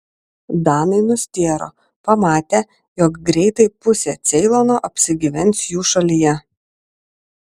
danai nustėro pamatę jog greitai pusė ceilono apsigyvens jų šalyje